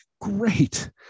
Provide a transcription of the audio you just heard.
great